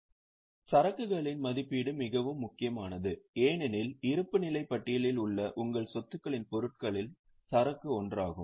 இப்போது சரக்குகளின் மதிப்பீடு மிகவும் முக்கியமானது ஏனெனில் இருப்புநிலைப் பட்டியலில் உள்ள உங்கள் சொத்துக்களின் பொருட்களில் சரக்கு ஒன்றாகும்